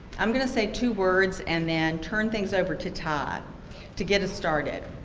i'm gonna say two words and then turn things over to todd to get us started.